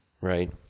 Right